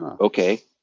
Okay